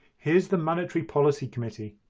here's the monetary policy committee.